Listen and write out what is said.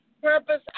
purpose